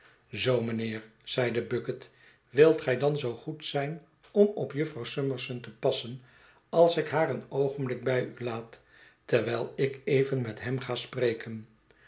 zoo mijnheer zeide bucket wilt gij dan zoo goed zijn om op jufvrouw summerson te passen als ik haar een oogenblik bij u laat terwijl ik even met hem ga spreken